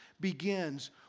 begins